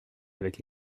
avec